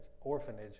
orphanage